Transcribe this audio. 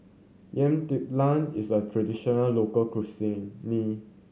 Yam Talam is a traditional local cuisine